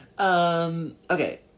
Okay